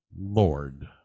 Lord